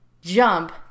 jump